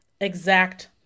exact